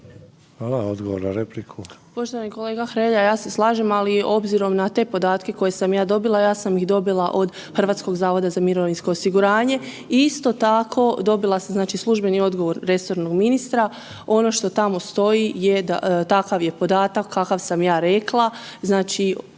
**Čikotić, Sonja (MOST)** Poštovani kolega Hrelja, ja se slažem, ali obzirom na te podatke koje sam ja dobila, ja sam ih dobila od HZMO-a i isto tako dobila sam službeni odgovor resornog ministra. Ono što tamo stoji je takav podatak kakav sam ja rekla,